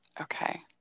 Okay